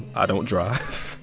i don't drive.